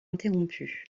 interrompue